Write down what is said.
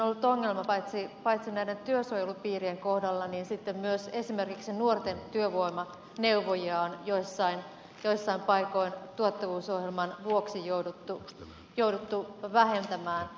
sehän on ollut ongelma näiden työsuojelupiirien kohdalla mutta sitten myös esimerkiksi nuorten työvoimaneuvojia on joissain paikoin tuottavuusohjelman vuoksi jouduttu vähentämään